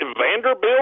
vanderbilt